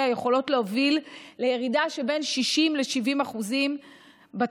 יכולות להוביל לירידה של בין 60% ל-70% בתמותה,